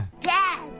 Dad